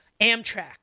Amtrak